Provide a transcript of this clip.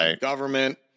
government